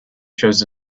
shows